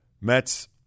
Mets